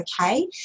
okay